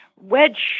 wedge